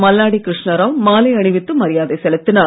மல்லாடி கிருஷ்ணா ராவ் மாலை அணிவித்து மரியாதை செலுத்தினார்